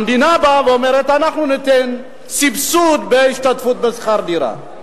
המדינה באה ואומרת: אנחנו ניתן סבסוד בהשתתפות בשכר דירה.